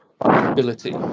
ability